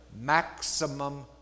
maximum